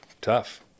tough